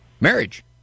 marriage